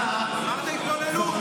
אמרת התבוללות.